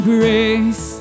Grace